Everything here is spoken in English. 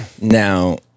Now